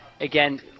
Again